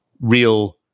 real